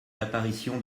l’apparition